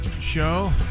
show